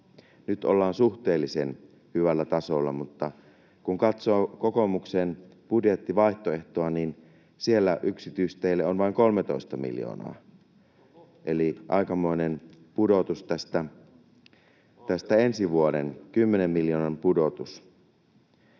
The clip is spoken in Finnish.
Nyt ollaan suhteellisen hyvällä tasolla, mutta kun katsoo kokoomuksen budjettivaihtoehtoa, niin siellä yksityisteille on vain 13 miljoonaa. [Eduskunnasta: Oho!] Eli aikamoinen pudotus tästä ensi vuodesta, 10 miljoonan pudotus.